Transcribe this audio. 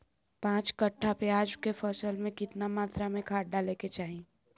पांच कट्ठा प्याज के फसल में कितना मात्रा में खाद डाले के चाही?